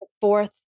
Fourth